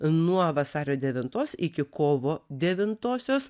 nuo vasario devintos iki kovo devintosios